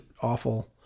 awful